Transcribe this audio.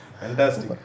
Fantastic